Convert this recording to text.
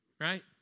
Right